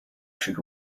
should